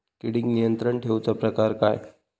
किडिक नियंत्रण ठेवुचा प्रकार काय?